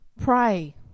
Pray